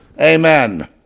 Amen